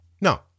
No